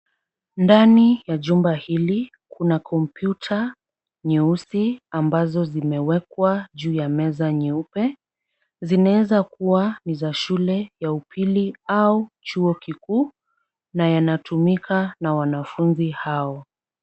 Ndani ya jumba hili kuna kompyuta nyeusi ambazo zimeekwa juu ya meza nyeupe, zinaeza kuwa ni za shule ya upili au chuo kikuu na yanatumika na wanafunzi hawa.